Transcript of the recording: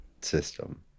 system